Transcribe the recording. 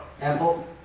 Apple